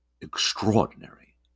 extraordinary